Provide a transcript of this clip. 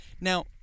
Now